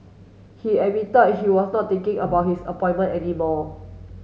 he admitted he was not thinking about his appointment any more